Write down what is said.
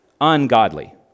ungodly